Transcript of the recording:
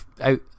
out